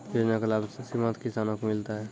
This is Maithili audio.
योजना का लाभ सीमांत किसानों को मिलता हैं?